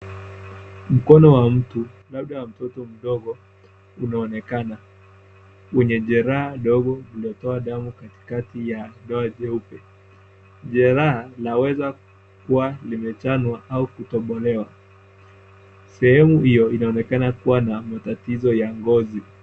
Mkono wa mtu labda wa mtoto mdogo unaonekana wenye jeraha dogo ukitoa damu katikati ya doa jeupe, jeraha laweza kuwa limechanwa au kutobolewa sehemu hiyo inaonekana kuwa na matatizo ya ngozi.